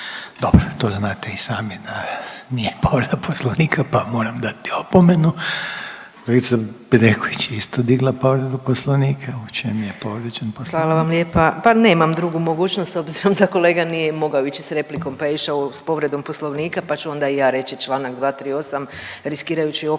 Dobro, to znate i sami da nije povreda Poslovnika, pa vam moram dati opomenu. Kolegica Bedeković je isto digla povredu Poslovnika, u čem je povrijeđen Poslovnik? **Bedeković, Vesna (HDZ)** Hvala vam lijepa, pa nemam drugu mogućnost obzirom da kolega nije mogao ići s replikom, pa je išao s povredom Poslovnika, pa ću onda i ja reći čl. 238. riskirajući opomenu